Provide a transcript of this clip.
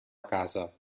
casa